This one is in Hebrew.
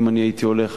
אם אני הייתי הולך,